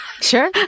Sure